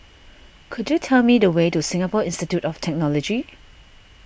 could you tell me the way to Singapore Institute of Technology